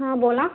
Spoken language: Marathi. हां बोला